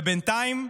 ובינתיים,